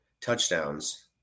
touchdowns